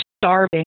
starving